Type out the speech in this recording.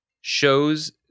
shows